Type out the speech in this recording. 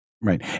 Right